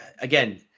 again